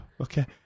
Okay